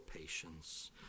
patience